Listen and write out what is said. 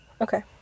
okay